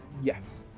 Yes